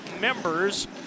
members